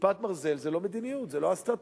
"כיפת ברזל" זה לא מדיניות, זה לא אסטרטגיה.